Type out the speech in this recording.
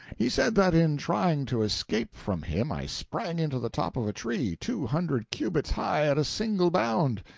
he said that in trying to escape from him i sprang into the top of a tree two hundred cubits high at a single bound,